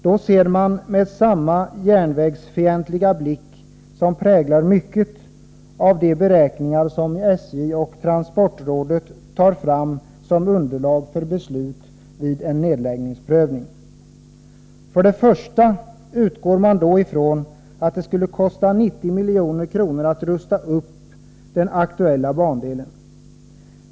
Då ser man med samma järnvägsfientliga blick som präglar mycket av de beräkningar som SJ och transportrådet tar fram som underlag för beslut vid en nedläggningsprövning. För det första utgår man då ifrån att det skulle kosta 90 milj.kr. att rusta upp den aktuella bandelen.